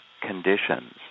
conditions